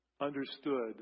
understood